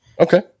Okay